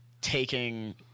taking